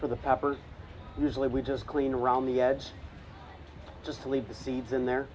for the peppers usually we just clean around the edge just leave the seeds in there